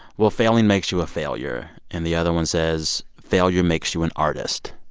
well, failing makes you a failure. and the other one says, failure makes you an artist.